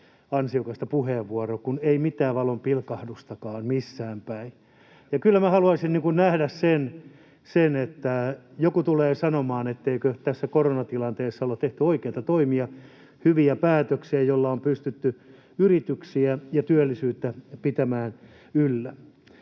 ansiokasta puheenvuoroa, jossa ei ollut mitään valonpilkahdustakaan missäänpäin. Kyllä minä haluaisin nähdä sen, että joku tulee sanomaan, etteikö tässä koronatilanteessa olla tehty oikeita toimia, hyviä päätöksiä, joilla on pystytty yrityksiä ja työllisyyttä pitämään yllä.